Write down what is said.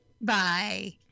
Bye